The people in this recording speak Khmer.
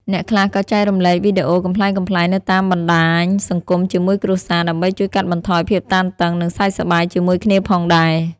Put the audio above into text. អ្នកខ្លះក៏ចែករំលែកវីដេអូកំប្លែងៗនៅតាមបណ្ដាញសង្គមជាមួយគ្រួសារ ដើម្បីជួយកាត់បន្ថយភាពតានតឹង និងសើចសប្បាយជាមួយគ្នាផងដែរ។